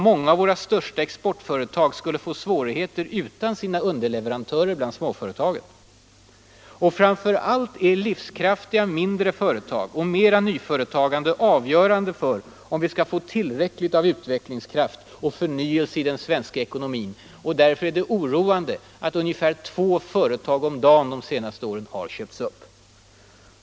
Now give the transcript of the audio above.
Många av våra största exportföretag skulle få svårigheter utan sina underleverantörer bland småföretagen. Och framför allt är livskraftiga mindre företag och mera nyföretagande avgörande om vi skall få tillräckligt av utvecklingskraft och förnyelse i den svenska ekonomin. Därför är det oroande att ungefär två företag om dagen de senaste åren har köpts upp.